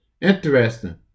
Interesting